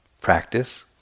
practice